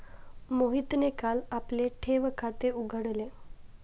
मोहितने काल आपले ठेव खाते उघडले